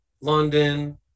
london